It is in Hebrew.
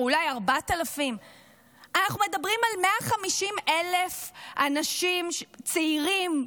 אולי 4,000. אנחנו מדברים על 150,000 אנשים צעירים,